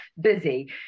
busy